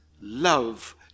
love